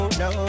no